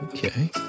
Okay